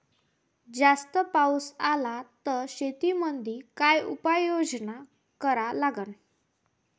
जास्त पाऊस असला त शेतीमंदी काय उपाययोजना करा लागन?